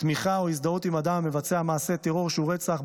תמיכה או הזדהות עם אדם המבצע מעשה טרור שהוא רצח.